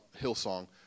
Hillsong